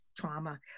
trauma